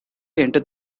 entered